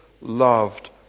loved